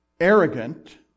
arrogant